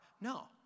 No